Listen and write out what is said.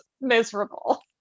miserable